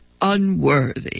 unworthy